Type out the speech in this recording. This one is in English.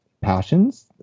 passions